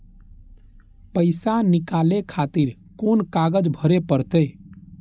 पैसा नीकाले खातिर कोन कागज भरे परतें?